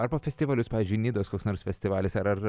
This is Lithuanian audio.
ar po festivalius pavyzdžiui nidos koks nors festivalis ar ar